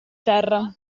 terra